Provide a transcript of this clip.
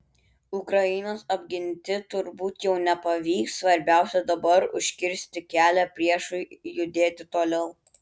ukrainos apginti turbūt jau nepavyks svarbiausia dabar užkirsti kelią priešui judėti toliau